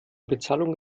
bezahlung